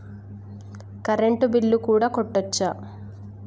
Current bill కూడా కట్టొచ్చా?